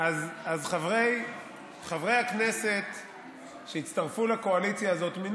אז חברי הכנסת שהצטרפו לקואליציה הזאת מינו